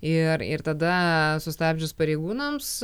ir ir tada sustabdžius pareigūnams